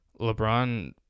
LeBron